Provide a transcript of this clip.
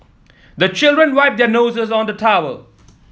the children wipe their noses on the towel